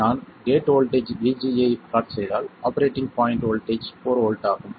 நான் gate voltage VG ஐ plot செய்தால் ஆபரேட்டிங் பாய்ண்ட் வோல்ட்டேஜ் 4 வோல்ட் ஆகும்